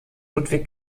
ludwig